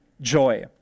joy